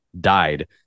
died